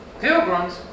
pilgrims